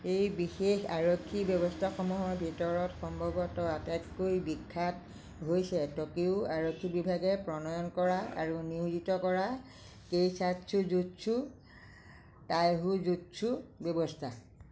এই বিশেষ আৰক্ষী ব্যৱস্থাসমূহৰ ভিতৰত সম্ভৱতঃ আটাইতকৈ বিখ্যাত হৈছে টকিঅ' আৰক্ষী বিভাগে প্ৰণয়ন কৰা আৰু নিয়োজিত কৰা কেইছাটছু জুটছু টাইহো জুটছু ব্যৱস্থা